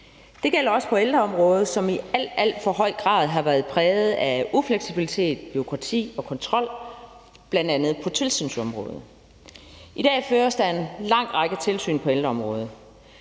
Det gælder også på ældreområdet, som i alt, alt for høj grad har været præget af ufleksibilitet, bureaukrati og kontrol, bl.a. på tilsynsområdet. I dag føres der en lang række tilsyn på ældreområdet.